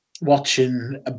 watching